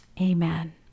Amen